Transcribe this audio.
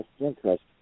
interest